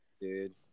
dude